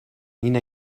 اینه